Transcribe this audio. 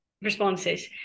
Responses